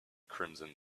crimson